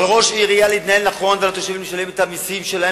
על ראש עירייה להתנהל נכון ועל התושבים לשלם את המסים שלהם